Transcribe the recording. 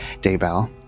Daybell